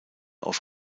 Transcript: auf